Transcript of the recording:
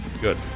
Good